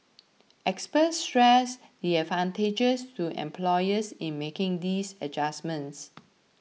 experts stressed the advantages to employers in making these adjustments